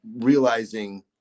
realizing